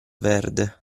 verde